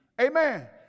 Amen